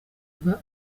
bwa